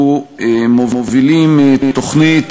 אנחנו מובילים תוכנית,